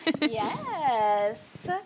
Yes